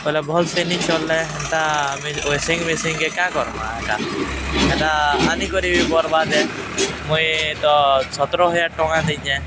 ପହଲେ ଭଲ୍ ଫନି ଚଲଲେ ହେନ୍ତା ୱାସିଂ ମେସିଙ୍ଗ କେ ଏକା କର୍ମା ହେଟା ହେଟା ଆନିକରି ବର୍ବାଦେ ମୁଇଁ ତ ସତର ହଜାର ଟଙ୍କା ଦେଇଁଚେ